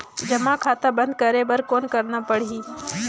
जमा खाता बंद करे बर कौन करना पड़ही?